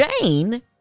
Jane